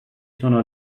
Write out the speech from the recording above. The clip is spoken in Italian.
sono